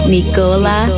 Nicola